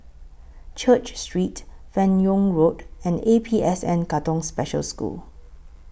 Church Street fan Yoong Road and A P S N Katong Special School